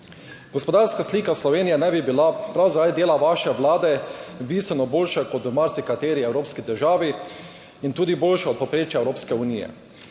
Gospodarska slika Slovenije naj bi bila prav zaradi dela vaše vlade bistveno boljša kot v marsikateri evropski državi in tudi boljša od povprečja Evropske unije.